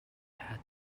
hatter